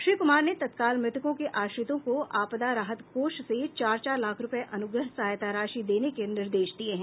श्री कुमार ने तत्काल मृतकों के आश्रितों को आपदा राहत कोष से चार चार लाख रूपये अनुग्रह सहायता राशि देने के निर्देश दिए हैं